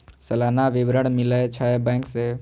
सलाना विवरण मिलै छै बैंक से?